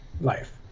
life